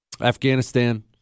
Afghanistan